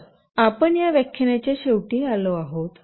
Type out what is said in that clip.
तर आपण या व्याख्यानाच्या शेवटी आलो आहोत